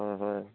হয় হয়